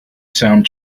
sound